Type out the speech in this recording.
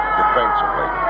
defensively